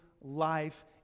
life